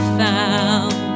found